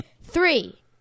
Three